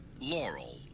Laurel